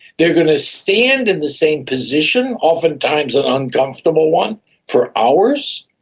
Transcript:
they're going to stand in the same position, oftentimes an uncomfortable one for hours,